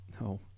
no